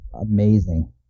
amazing